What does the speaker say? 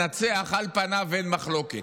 על זאת של "ביחד ננצח" על פניו אין מחלוקת,